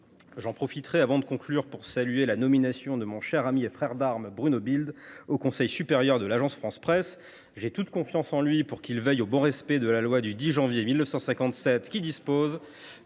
J’en profiterai, avant de conclure, pour saluer la nomination de mon cher ami et frère d’armes Bruno Bilde au conseil supérieur de l’Agence France Presse. Ce n’est pas rassurant ! J’ai toute confiance en lui pour veiller au bon respect de la loi du 10 janvier 1957 qui dispose